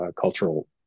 cultural